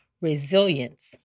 resilience